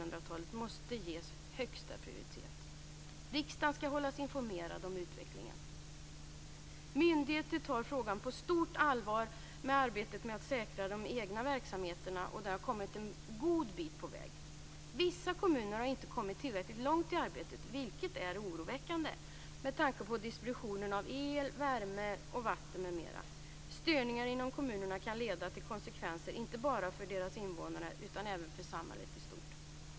måste ges högsta prioritet. Riksdagen skall hållas informerad om utvecklingen. Myndigheterna tar frågan på stort allvar, och arbetet med att säkra de egna verksamheterna har kommit en god bit på väg. Vissa kommuner har inte kommit tillräckligt långt i arbetet, vilket är oroväckande med tanke på distributionen av el, värme och vatten, m.m. Störningar inom kommunerna kan leda till konsekvenser inte bara för deras invånare utan för samhället i stort.